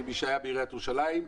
כמי שהיה בעיריית ירושלים,